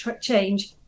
change